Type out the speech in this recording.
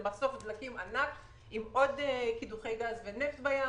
למסוף דלקים ענק עם עוד קידוחי גז ונפט בים